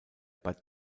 bei